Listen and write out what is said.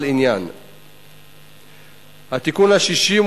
התיקון החמישי,